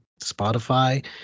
Spotify